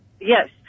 Yes